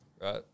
right